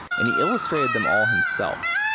and he illustrated them all himself.